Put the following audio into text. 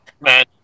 Man